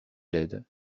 laide